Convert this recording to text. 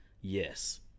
Yes